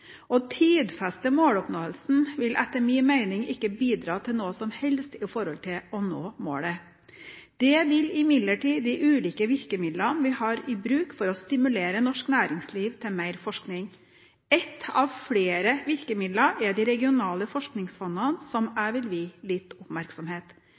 Å tidfeste måloppnåelsen vil etter min mening ikke bidra til noe som helst når det gjelder å nå 3 pst.-målet. Det vil imidlertid de ulike virkemidlene vi har i bruk for å stimulere norsk næringsliv til mer forskning. Ett av flere virkemidler er de regionale forskningsfondene, som